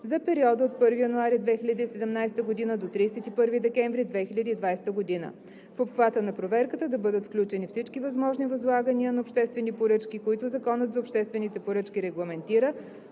за периода от 1 януари 2017 г. до 31 декември 2020 г. В обхвата на проверката да бъдат включени всички възможни възлагания на обществени поръчки, които Законът за обществените поръчки регламентира,